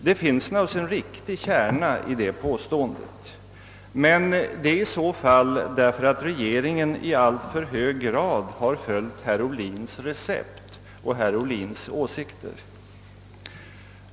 Det finns naturligtvis en riktig kärna i det påståendet, men det är i så fall därför att regeringen i alltför hög grad har följt herr Ohlins recept och herr Ohlins åsikter.